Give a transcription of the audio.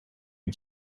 and